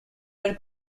were